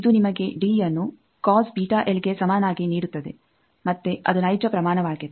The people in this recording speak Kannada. ಇದು ನಿಮಗೆ ಡಿ ಯನ್ನು ಗೆ ಸಮನಾಗಿ ನೀಡುತ್ತದೆ ಮತ್ತೆ ಅದು ನೈಜ ಪ್ರಮಾಣವಾಗಿದೆ